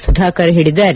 ಸುಧಾಕರ್ ಹೇಳಿದ್ದಾರೆ